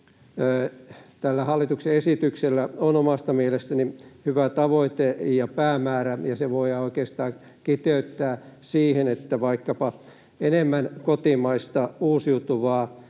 Tällä hallituksen esityksellä on omasta mielestäni hyvä tavoite ja päämäärä, ja se voidaan oikeastaan kiteyttää siihen, että vaikkapa enemmän kotimaista uusiutuvaa